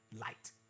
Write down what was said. light